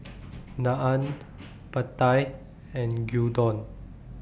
Naan Pad Thai and Gyudon